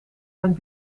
mijn